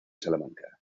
salamanca